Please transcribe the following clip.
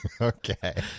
Okay